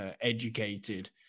educated